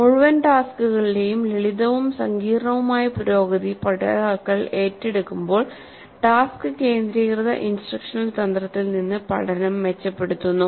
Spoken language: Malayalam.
മുഴുവൻ ടാസ്ക്കുകളുടെയും ലളിതവും സങ്കീർണ്ണവുമായ പുരോഗതി പഠിതാക്കൾ ഏറ്റെടുക്കുമ്പോൾ ടാസ്ക് കേന്ദ്രീകൃത ഇൻസ്ട്രക്ഷണൽ തന്ത്രത്തിൽ നിന്ന് പഠനം മെച്ചപ്പെടുത്തുന്നു